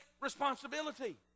responsibility